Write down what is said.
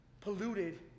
polluted